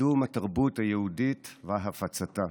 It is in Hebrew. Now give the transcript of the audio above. קידום התרבות היהודית והפצתה.